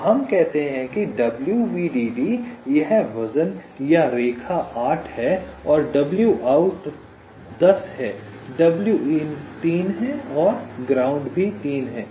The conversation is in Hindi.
तो हम कहते हैं कि w vdd यह वजन या यह रेखा 8 है और w out 10 है w in 3 है और ग्राउंड भी 3 है